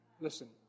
listen